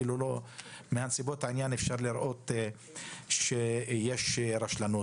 מנסיבות העניין אפשר לראות שיש רשלנות.